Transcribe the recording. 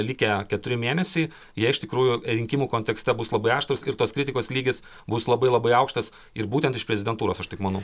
likę keturi mėnesiai jie iš tikrųjų rinkimų kontekste bus labai aštrūs ir tos kritikos lygis bus labai labai aukštas ir būtent iš prezidentūros aš taip manau